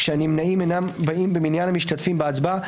כשהנמנעים אינם באים במניין המשתתפים בהצבעה,